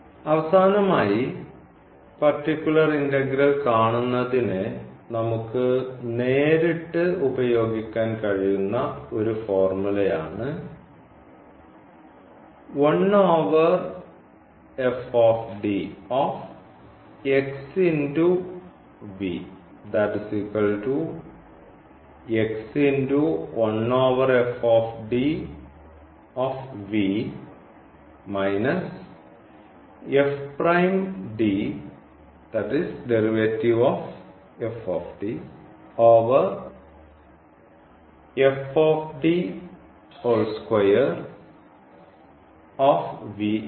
അവസാനമായി particular integral കാണുന്നതിന് നമുക്ക് നേരിട്ട് ഉപയോഗിക്കാൻ കഴിയുന്ന ഒരു ഫോർമുലയാണ് എന്നത്